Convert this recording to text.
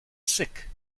sick